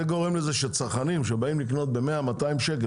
זה גורם לזה שצרכנים שבאים לקנות בכמה מאות שקלים